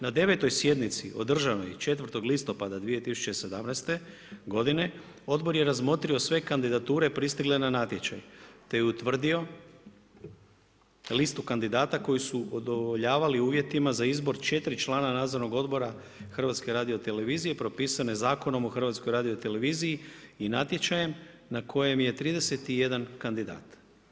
Na 9. sjednici održanoj 4. listopada 2017. godine odbor je razmotrio sve kandidature pristigle na natječaj te je utvrdio listu kandidata koji su udovoljavali uvjetima za izbor četiri člana nadzornog odbora HRT-a propisane Zakonom o HRT-u i natječajem na kojem je 31 kandidat.